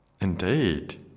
Indeed